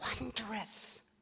wondrous